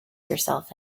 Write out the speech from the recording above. yourself